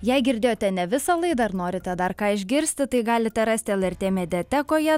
jei girdėjote ne visą laidą ar norite dar ką išgirsti tai galite rasti lrt mediatekoje